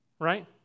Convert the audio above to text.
right